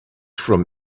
from